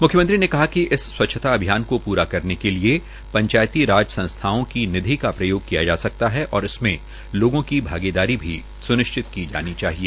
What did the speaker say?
म्ख्यमंत्री ने कहा कि इस स्वच्छता अभियान को पूरा करने के लिए पंचायती राज संस्थाओं की निधि का प्रयोग किया जा सकता है और इसमें लोगों की भागीदारी भी स्निश्चित की जानी चाहिए